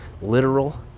literal